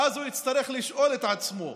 ואז הוא יצטרך לשאול את עצמו,